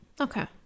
Okay